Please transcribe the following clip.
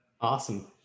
Awesome